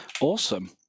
Awesome